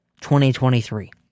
2023